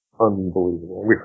unbelievable